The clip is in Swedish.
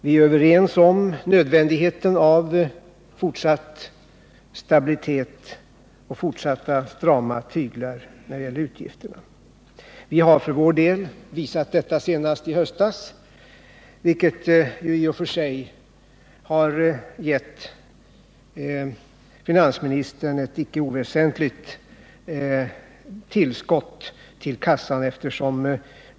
Vi är överens om nödvändigheten av fortsatt stabilitet och fortsatta strama tyglar när det gäller utgifterna. Vi för vår del visade detta senast i höstas, vilket i och för sig har givit budgetministern ett inte oväsentligt tillskott till kassan.